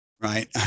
Right